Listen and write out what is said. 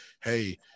hey